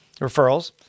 referrals